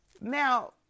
Now